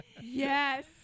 Yes